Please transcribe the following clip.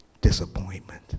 disappointment